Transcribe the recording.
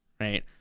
right